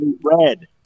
red